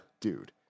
dude